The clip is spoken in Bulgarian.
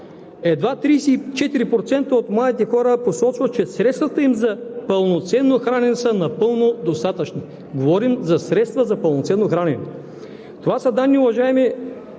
едва 34% от младите хора посочват, че средствата им за пълноценно хранене са напълно достатъчни, говорим за средства за пълноценно хранене. Уважаеми